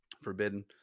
Forbidden